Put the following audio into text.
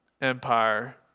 Empire